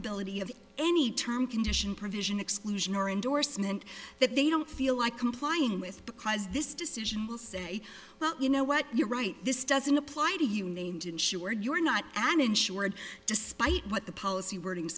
applicability of any term condition provision exclusion or endorsement that they don't feel like complying with because this decision will say well you know what you're right this doesn't apply to you named insured you're not an insured despite what the policy wording